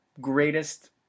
greatest